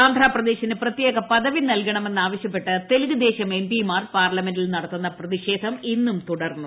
ആന്ധ്രപ്രദേശിന് പ്രത്യേക പദവി നൽകണമെന്ന് ആവശ്യപ്പെട്ട് തെലുഗുദേശം എം പി മാർ പാർലമെന്റിൽ നടത്തുന്ന പ്രതിഷേധം ഇന്നും തുടർന്നു